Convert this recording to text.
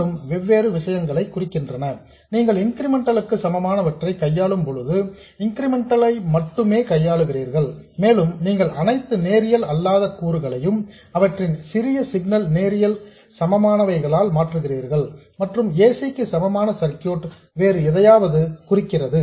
இரண்டும் வெவ்வேறு விஷயங்களை குறிக்கின்றன நீங்கள் இன்கிரிமெண்டல் க்கு சமமானவற்றை கையாளும் பொழுது இன்கிரிமெண்ட்ஸ் ஐ மட்டுமே கையாளுகிறீர்கள் மேலும் நீங்கள் அனைத்து நேரியல் அல்லாத கூறுகளையும் அவற்றின் சிறிய சிக்னல் நேரியல் சமமானவைகளால் மாற்றுகிறீர்கள் மற்றும் ac க்கு சமமான சர்க்யூட் வேறு எதையாவது குறிக்கிறது